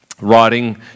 Writing